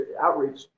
outreach